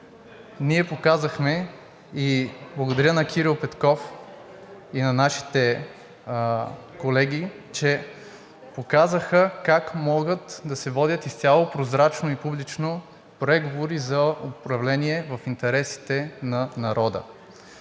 Ние показахме и благодаря на Кирил Петков и на нашите колеги, че показаха как могат да се водят изцяло прозрачно и публично преговори за управление в интересите на народа.